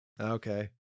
Okay